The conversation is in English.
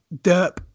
Derp